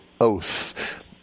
Oath